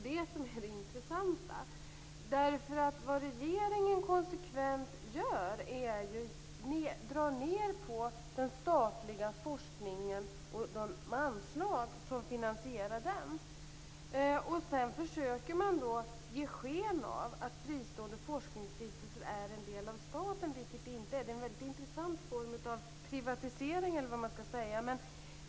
Det är det intressanta. Vad regeringen konsekvent gör är att dra ned på den statliga forskningen och de anslag som finansierar den. Sedan försöker man ge sken av att fristående forskningsstiftelser är en del av staten, vilket de inte är. Det är en intressant form av privatisering, eller hur man skall uttrycka det.